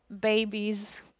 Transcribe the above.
babies